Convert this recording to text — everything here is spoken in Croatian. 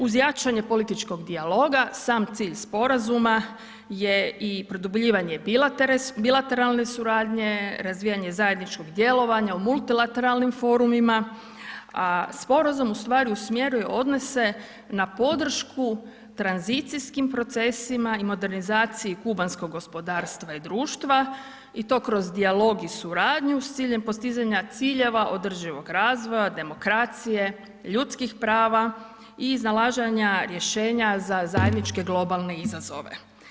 Uz jačanje političkog dijaloga, sam cilj sporazuma je i produbljivanje bilateralne suradnje, razvijanje zajedničkog djelovanja u multilateralnim forumima a sporazum ustvari usmjeruje odnose na podršku tranzicijskim procesima i modernizaciji kubanskog gospodarstva i društva i to kroz dijalog i suradnju s ciljem postizanja ciljeva održivog razvoja, demokracije, ljudskih prava i iznalaženja rješenja za zajedničke globalne izazove.